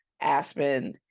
aspen